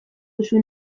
duzu